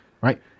right